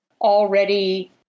already